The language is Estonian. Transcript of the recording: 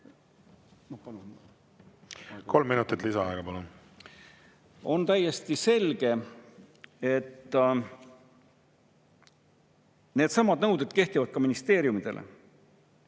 Kolm minutit lisaaega, palun! On täiesti selge, et needsamad nõuded kehtivad ka ministeeriumidele.